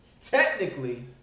Technically